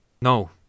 No